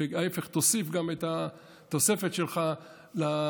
ההפך, תוסיף גם את התוספת שלך לתזמורת